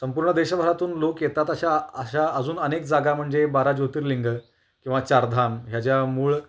संपूर्ण देशभरातून लोक येतात अशा अशा अजून अनेक जागा म्हणजे बारा ज्योतिर्लिंगं किंवा चारधाम ह्या ज्या मूळ